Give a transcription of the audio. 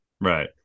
Right